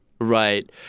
Right